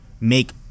make